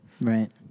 Right